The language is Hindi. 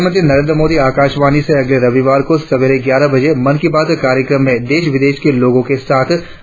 प्रधानमंत्री नरेंद्र मोदी आकाशवाणी से अगले रविवार को सवेर ग्यारह बजे मन की बात कार्यक्रम में देश विदेश के लोगों के साथ अपने विचार साझा करेंगे